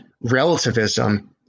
relativism